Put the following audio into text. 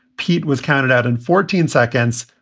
pete was counted out in fourteen seconds.